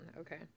Okay